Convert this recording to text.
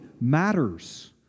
matters